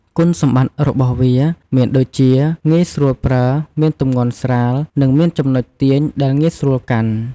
គុណសម្បត្តិរបស់វា មានដូចជា ងាយស្រួលប្រើ មានទម្ងន់ស្រាល និងមានចំណុចទាញដែលងាយស្រួលកាន់។